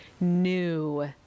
new